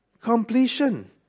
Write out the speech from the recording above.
completion